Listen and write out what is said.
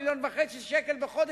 מיליון וחצי שקל בחודש,